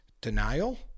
denial